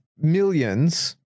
millions